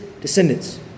descendants